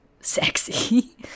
sexy